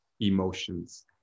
emotions